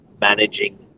managing